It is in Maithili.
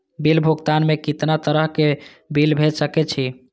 बिल भुगतान में कितना तरह के बिल भेज सके छी?